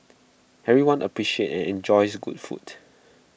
everyone appreciates and enjoys good food